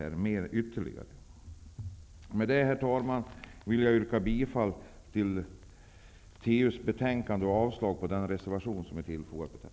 Herr talman! Med det vill jag yrka bifall till trafikutskottets hemställan och avslag på den reservation som är fogad till betänkandet.